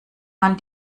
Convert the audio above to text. man